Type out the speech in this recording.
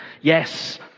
yes